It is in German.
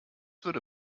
würde